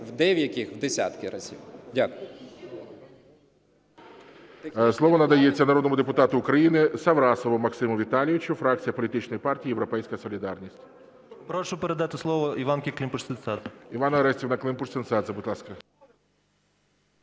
деяких у десятки разів. Дякую.